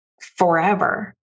forever